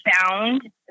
found